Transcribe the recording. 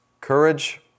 Courage